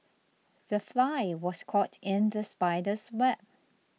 the fly was caught in the spider's web